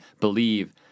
believe